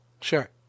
Sure